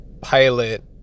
Pilot